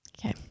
okay